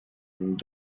and